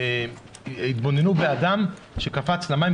התבוננו באדם שקפץ אל המים,